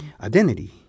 identity